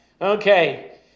Okay